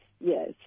yes